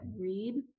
read